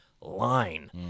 line